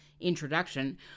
introduction